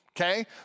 Okay